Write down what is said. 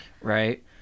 Right